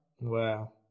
Wow